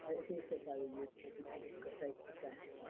it's also very useful because it's got dates of death